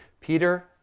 Peter